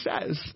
says